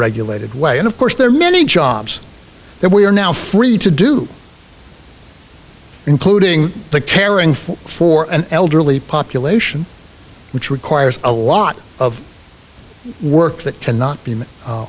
regulated way and of course there are many jobs that we are now free to do including the caring for for an elderly population which requires a lot of work that cannot be